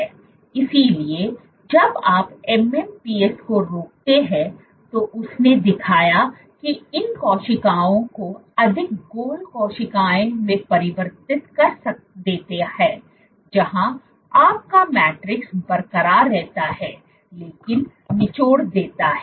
इसलिए जब आप MMPs को रोकते हैं तो उसने दिखाया कि इन कोशिकाओं को अधिक गोल कोशिकाओं में परिवर्तित कर देता है जहां आपका मैट्रिक्स बरकरार रहता है लेकिन निचोड़ देता है